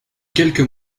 quelques